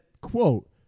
quote